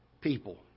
people